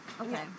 Okay